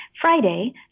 Friday